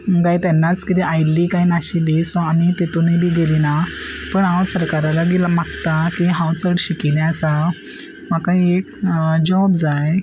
ते तेन्नाच किदें आयिल्ली काय नाशिल्ली सो आमी तितुनूय बी गेली ना पूण हांव सरकारा लागीं मागतां की हांव चड शिकिल्लें आसा म्हाका एक जॉब जाय